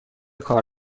کار